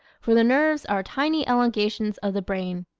for the nerves are tiny elongations of the brain.